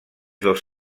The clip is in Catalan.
dos